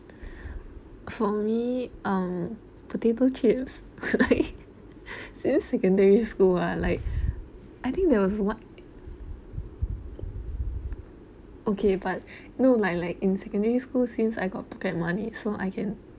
for me um potato chips like since secondary school ah like I think there was a what okay but no like like in secondary school since I got pocket money so I can